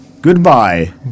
Goodbye